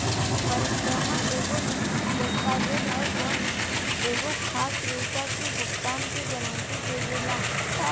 परक्रमय एगो लिखित दस्तावेज ह जवन एगो खास राशि के भुगतान के गारंटी देवेला